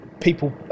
people